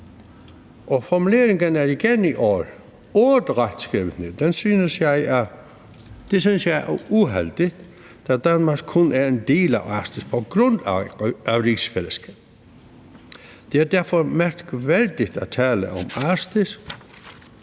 formuleringen er igen i år skrevet ordret ned. Det synes jeg er uheldigt, da Danmark kun er en del af Arktis på grund af rigsfællesskabet. Det er derfor mærkværdigt at tale om Arktis